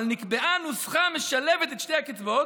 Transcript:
אבל נקבעה נוסחה המשלבת את שתי הקצבאות,